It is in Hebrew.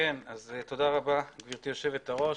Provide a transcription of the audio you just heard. תודה רבה גברתי יושבת הראש.